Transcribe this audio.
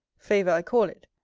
favour i call it,